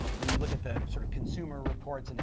when you look at the sort of consumer reports, and